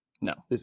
No